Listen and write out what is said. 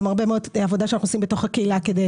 גם הרבה מאוד עבודה שאנחנו עושים בתוך הקהילה כדי